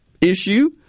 issue